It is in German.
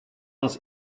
uns